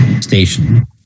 station